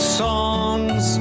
songs